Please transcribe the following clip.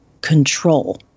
control